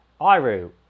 Iru